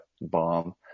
Bomb